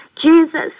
Jesus